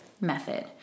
method